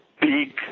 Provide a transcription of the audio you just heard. big